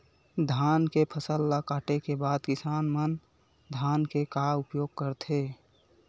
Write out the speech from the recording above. धान के फसल ला काटे के बाद किसान मन धान के का उपयोग करथे?